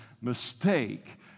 mistake